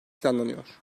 planlanıyor